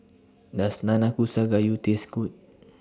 Does Nanakusa Gayu Taste Good